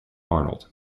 arnold